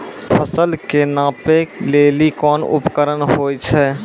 फसल कऽ नापै लेली कोन उपकरण होय छै?